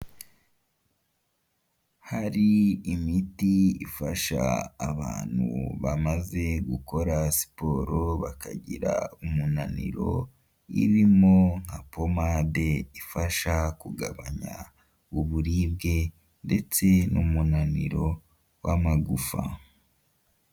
Hari imiti ifasha abantu bamaze gukora siporo bakagira umunaniro, irimo nka pomade ifasha kugabanya uburibwe ndetse n'umunaniro w'amagufa.